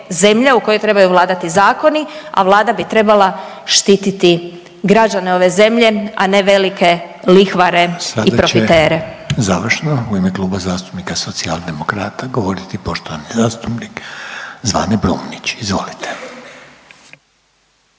u kojoj trebaju vladati zakoni, a Vlada bi trebala štititi građane ove zemlje, a ne velike lihvare i profitere. **Reiner, Željko (HDZ)** Sada će završno u ime Kluba zastupnika Socijaldemokrata govoriti poštovani zastupnik Zvane Brumnić. Izvolite.